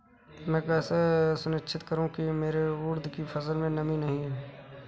मैं कैसे सुनिश्चित करूँ की मेरी उड़द की फसल में नमी नहीं है?